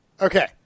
Okay